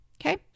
Okay